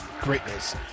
greatness